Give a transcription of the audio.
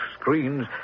screens